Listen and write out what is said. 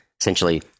essentially